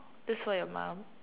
that's for your mum